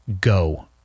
Go